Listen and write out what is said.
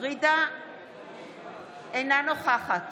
אינה נוכחת